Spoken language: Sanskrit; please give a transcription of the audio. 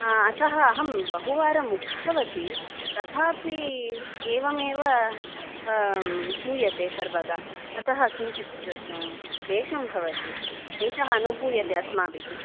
अतः अहं बहुवारम् उक्तवती तथापि एवमेव श्रूयते सर्वदा अतः किञ्चित् क्लेशं भवति क्लेशः अनुभूयते अस्माभिः